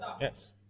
Yes